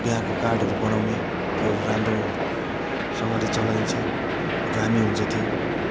बिहाको कार्डहरू बनाउने त्योहरू राम्रोसँगले चलाइन्छ दामी हुन्छ त्यो